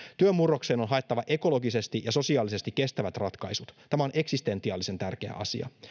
työn murrokseen on haettava ekologisesti ja sosiaalisesti kestävät ratkaisut tämä on eksistentiaalisen tärkeä asia